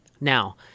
Now